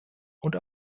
und